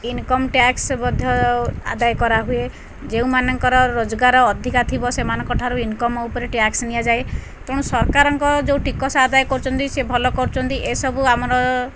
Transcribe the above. income tax ମଧ୍ୟ ଆଦାୟ କରାହୁଏ ଯେଉଁମାନଙ୍କର ରୋଜଗାର ଅଧିକା ଥିବ ସେମାନଙ୍କଠାରୁ ଇନ୍କମ୍ ଉପରେ ଟ୍ୟାକ୍ସ ନିଆଯାଏ ତେଣୁ ସରକାରଙ୍କ ଯୋଉ ଟିକସ ଆଦାୟ କରୁଚନ୍ତି ସେ ଭଲ କରୁଚନ୍ତି ଏସବୁ ଆମର